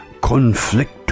Conflict